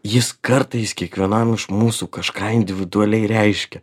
jis kartais kiekvienam iš mūsų kažką individualiai reiškia